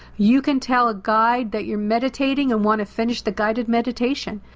you can tell a guide that you're meditating and want to finish the guided meditation.